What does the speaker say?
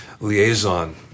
liaison